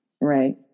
Right